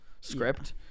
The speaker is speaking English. script